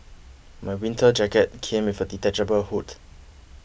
my winter jacket came with a detachable hood